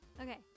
Okay